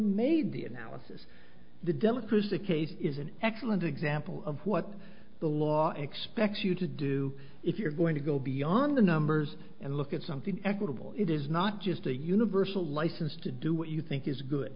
made the analysis the democrats the case is an excellent example of what the law expects you to do if you're going to go beyond the numbers and look at something equitable it is not just a universal license to do what you think is good